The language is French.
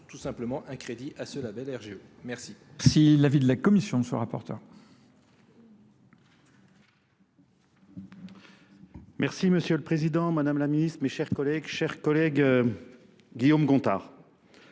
tout simplement un crédit à ce label RGE. Merci. Merci. L'avis de la Commission de ce rapporteur. Merci Monsieur le Président, Madame la Ministre, mes chers collègues, chers collègues Guillaume Gontard.